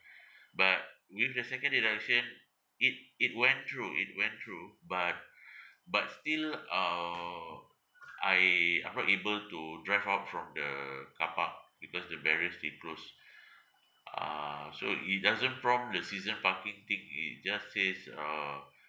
but with the second deduction it it went through it went through but but still uh I I'm not able to drive out from the carpark because the barriers didn't close uh so it doesn't prompt the season parking thing it just says uh